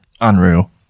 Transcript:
Unreal